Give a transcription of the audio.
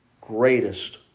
greatest